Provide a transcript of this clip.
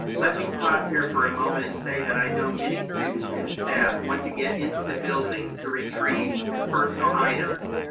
let me pause here for a moment and say that i know many students and staff want to get into the building to retrieve personal items.